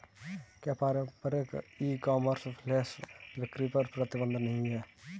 क्या पारंपरिक e commerce flash बिक्री पर प्रतिबंध नहीं है?